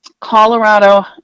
Colorado